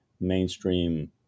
mainstream